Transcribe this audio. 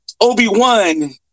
Obi-Wan